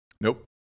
Nope